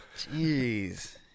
Jeez